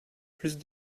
plus